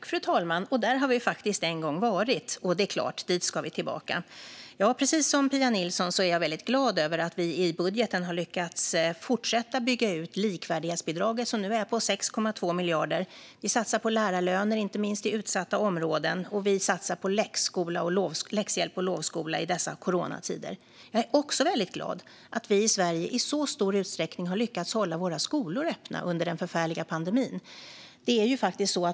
Fru talman! Där har vi faktiskt en gång varit, och det är klart att dit ska vi tillbaka. Precis som Pia Nilsson är jag väldigt glad över att vi i budgeten har lyckats fortsätta bygga ut likvärdighetsbidraget, som nu är på 6,2 miljarder. Vi satsar på lärarlöner, inte minst i utsatta områden, och vi satsar på läxhjälp och lovskola i dessa coronatider. Jag är också väldigt glad att vi i Sverige i så stor utsträckning har lyckats hålla våra skolor öppna under den förfärliga pandemin.